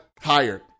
hired